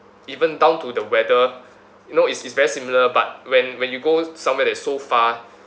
even down to the weather you know it's it's very similar but when when you go somewhere that's so far